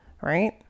right